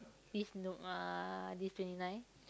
this no uh this twenty nine